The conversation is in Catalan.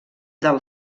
del